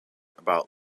about